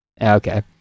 okay